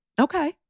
Okay